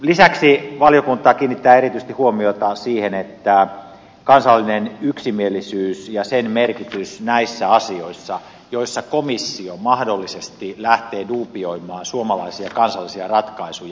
lisäksi valiokunta kiinnittää erityisesti huomiota kansalliseen yksimielisyyteen ja sen merkitykseen näissä asioissa joissa komissio mahdollisesti lähtee dubioimaan suomalaisia kansallisia ratkaisuja